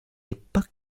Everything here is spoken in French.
époque